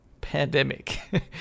pandemic